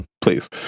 Please